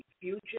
future